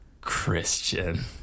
Christian